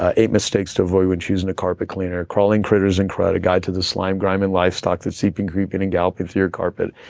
eight mistakes to avoid when choosing a carpet cleaner, crawling critters and crowded guide to the slime grime and livestock, the seeping, creeping and galloping through your carpet,